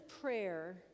prayer